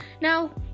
now